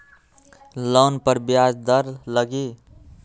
Loan पर ब्याज दर लगी?